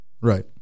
right